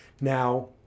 now